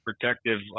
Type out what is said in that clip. protective